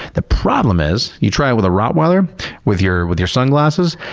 the problem is, you try it with a rottweiler with your with your sunglasses?